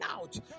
out